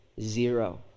zero